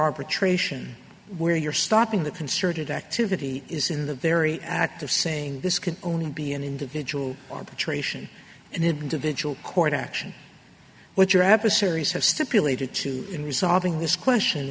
arbitration where you're stopping the concerted activity is in the very act of saying this can only be an individual arbitration and individual court action what your adversaries have stipulated to in resolving this question